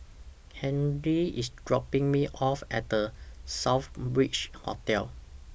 Henry IS dropping Me off At The Southbridge Hotel